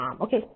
okay